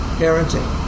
parenting